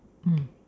mm